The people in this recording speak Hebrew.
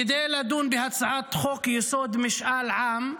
כדי לדון בהצעת חוק-יסוד: משאל עם -- מנסור,